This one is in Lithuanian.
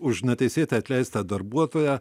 už neteisėtai atleistą darbuotoją